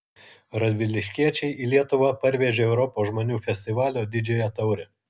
radviliškiečiai į lietuvą parvežė europos žmonių festivalio didžiąją taurę